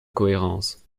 cohérence